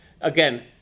again